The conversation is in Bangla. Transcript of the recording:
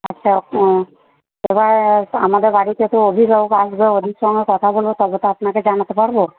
আচ্ছা এবার আমাদের বাড়িতে তো অভিভাবক আসবে ওদের সঙ্গে কথা বলব তবে তো আপনাকে জানাতে পারব